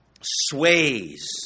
sways